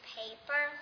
paper